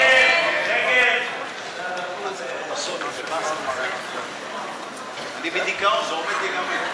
של קבוצת סיעת המחנה הציוני לסעיף 2 לא נתקבלה.